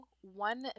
One